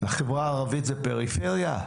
החברה הערבית זה פריפריה?